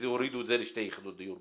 שהורידו את זה לשתי יחידות דיור.